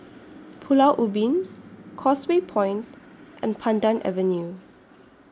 Pulau Ubin Causeway Point and Pandan Avenue